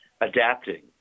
adapting